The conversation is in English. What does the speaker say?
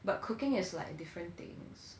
but cooking is like different things